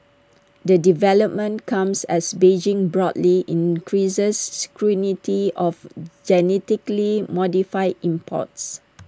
the development comes as Beijing broadly increases of genetically modified imports